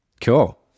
cool